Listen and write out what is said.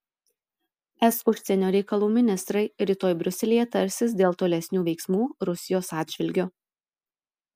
es užsienio reikalų ministrai rytoj briuselyje tarsis dėl tolesnių veiksmų rusijos atžvilgiu